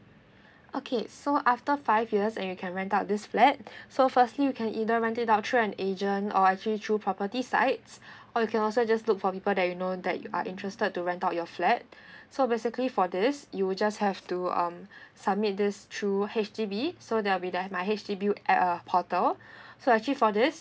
okay so after five years and you can rent out this flat so firstly you can either rent it out through an agent or actually through property sides or you can also just look for people that you know that are interested to rent out your flat so basically for this you just have to um submit this through H_D_B so there'll be like my H_D_B app uh portal so actually for this